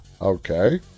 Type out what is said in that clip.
Okay